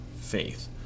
faith